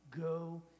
Go